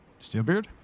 Steelbeard